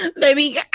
Baby